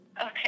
Okay